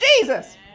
Jesus